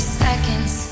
seconds